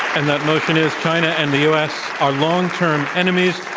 and our motion is china and the u. s. are long-term enemies.